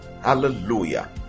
hallelujah